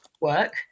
work